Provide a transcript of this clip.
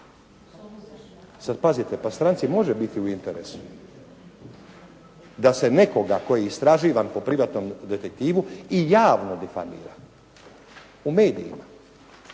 Sad pazite pa stranci može biti u interesu da se nekoga tko je istraživan po privatnom detektivu i javno … /Govornik